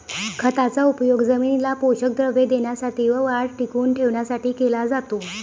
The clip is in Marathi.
खताचा उपयोग जमिनीला पोषक द्रव्ये देण्यासाठी व वाढ टिकवून ठेवण्यासाठी केला जातो